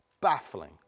baffling